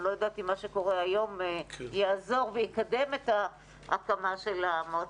אני לא יודעת אם מה שקורה היום יעזור ויקדם את ההקמה של המועצה,